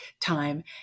time